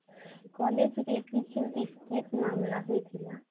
କଲେଜରେ କିଛି ରିସିଦ୍ ମାମଲା ହୋଇଥିଲା